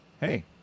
hey